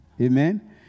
Amen